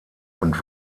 und